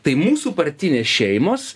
tai mūsų partinės šeimos